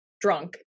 drunk